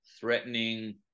threatening